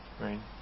Right